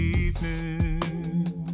evening